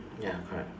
ya correct